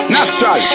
Natural